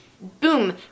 boom